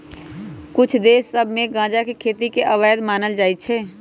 कुछ देश सभ में गजा के खेती के अवैध मानल जाइ छै